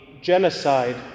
genocide